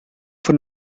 fue